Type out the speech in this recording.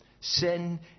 Sin